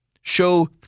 show